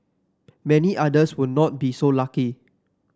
many others will not be so lucky